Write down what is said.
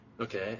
Okay